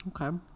Okay